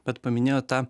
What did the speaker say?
bet paminėjo tą